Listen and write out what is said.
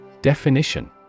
Definition